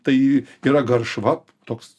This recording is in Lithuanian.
tai yra garšva toks